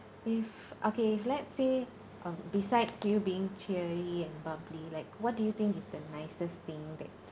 if okay if let's say uh besides you being cheery and bubbly like what do you think is the nicest thing that